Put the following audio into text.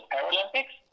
Paralympics